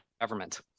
government